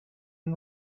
and